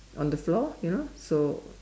on the floor you know so